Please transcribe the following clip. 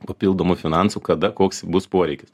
papildomų finansų kada koks bus poreikis